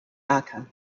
aka